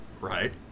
right